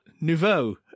Nouveau